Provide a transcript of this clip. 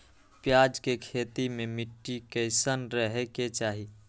प्याज के खेती मे मिट्टी कैसन रहे के चाही?